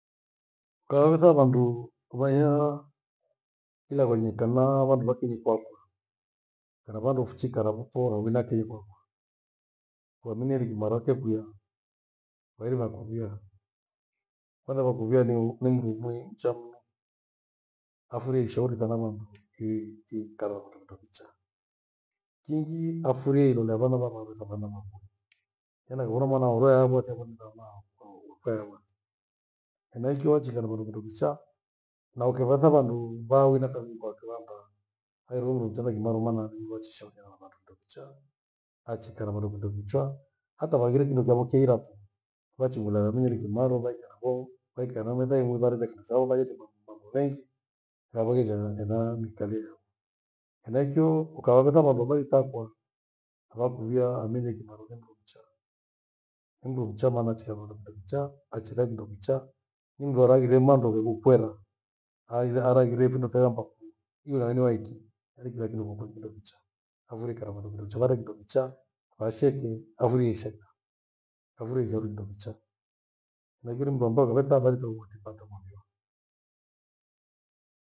Ukautha vandu vaiha kilaghonyi kanaa vandu vakiwikwa, kana vandu fichikaa na mfuo hawi na keyeva. Kwanini imara kekwia kwailiva kuvia, kathava kuvia ni- nimndu ifuu mcha Mungu. Afurie ishauri ikana na mndu hi- ikaa na vandu kindokichaa. Kingi, afurie ilolea vana varware thana hena ivona mwana aurwee apho akae niumbe amawo wo- woukae undike. Henaichio wachika na vandu kindo kichaa na ukivata vandu vawe na kathi ni vakilanda hairo rucha nakimarumana habiwaachicha luvea na vandu kindo kichaa, achikaa na vandu kindo kichaa hata wangire kindo chavo chehirapho vachimwi lagha mri Kimaro vaikae havo. Vaikaa na metha imwi varunge shingi zao vaighe mambureshi ngavoiza ena mikalia. Henaicho ukawavetha vandu ambai takwa vakuvia Aminieli kimaro ni mndu mchaa. Ni mndu mcha maana acherera kindo kichaa, achila kindo kichaa ni mndu araghire mambo gherukwena. Ah- araghire findo fayambwa kwi, iwe nawe ni waaiki wewe kila kindo ni muokoe mlinga kicha. Avurika na vandu kindo nchalado kindo kichaa asheke afurie ishe. Afurie ni ivandu kindo kichaa na aghire mndu ambao ukileta habari zako ukazipata mambio.